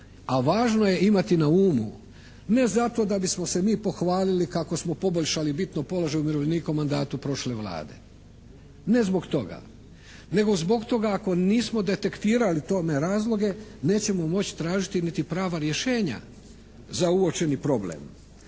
a važno je imati na umu, ne zato da bismo se mi pohvalili kako smo poboljšali bitno položaj umirovljenika u mandatu prošle Vlade, ne zbog toga nego zbog toga ako nismo detektirali te razloge nećemo moći tražiti niti prava rješenja za uočeni problem.